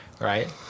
right